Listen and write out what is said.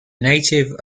native